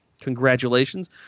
Congratulations